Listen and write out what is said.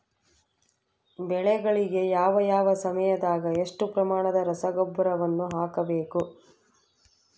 ಬೆಳೆಗಳಿಗೆ ಯಾವ ಯಾವ ಸಮಯದಾಗ ಎಷ್ಟು ಪ್ರಮಾಣದ ರಸಗೊಬ್ಬರವನ್ನು ಹಾಕಬೇಕು?